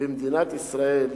במדינת ישראל,